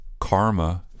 karma